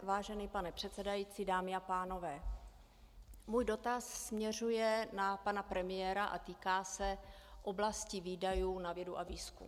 Vážený pane předsedající, dámy a pánové, můj dotaz směřuje na pana premiéra a týká se oblasti výdajů na vědu a výzkum.